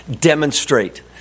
demonstrate